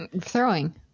Throwing